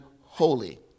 holy